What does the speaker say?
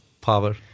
power